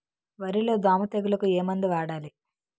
వరిలో దోమ తెగులుకు ఏమందు వాడాలి?